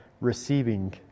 receiving